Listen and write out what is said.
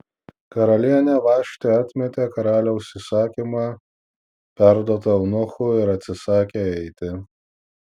karalienė vaštė atmetė karaliaus įsakymą perduotą eunuchų ir atsisakė eiti